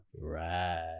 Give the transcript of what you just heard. right